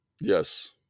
Yes